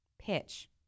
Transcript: pitch